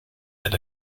that